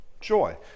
joy